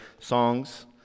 songs